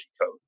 code